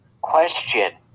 question